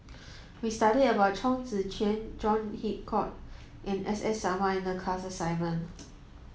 we studied about Chong Tze Chien John Hitchcock and S S Sarma in the class assignment